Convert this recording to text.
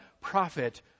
prophet